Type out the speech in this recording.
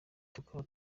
tukaba